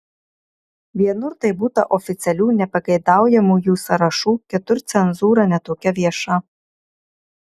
vienur tai būta oficialių nepageidaujamųjų sąrašų kitur cenzūra ne tokia vieša